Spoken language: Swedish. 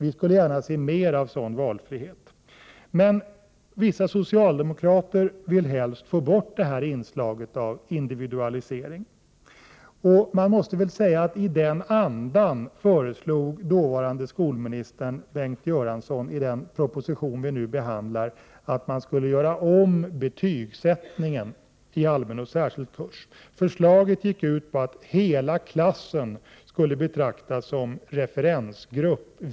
Vi skulle gärna se mer av sådan valfrihet. Men vissa socialdemokrater vill helst få bort detta inslag av individualisering. I den andan föreslog dåvarande skolministern Bengt Göransson, i den proposition som vi nu behandlar, att betygssättningen skulle göras om när det gäller allmän och särskild kurs. Förslaget gick ut på att hela klassen skulle betraktas som en referensgrupp = Prot.